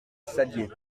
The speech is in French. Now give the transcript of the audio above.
saddier